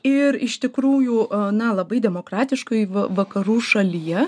ir iš tikrųjų na labai demokratiškoj vakarų šalyje